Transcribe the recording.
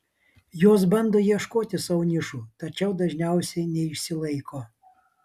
jos bando ieškoti sau nišų tačiau dažniausiai neišsilaiko